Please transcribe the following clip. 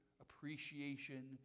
appreciation